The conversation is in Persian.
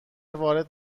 وارد